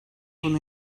bunu